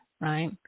right